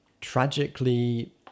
tragically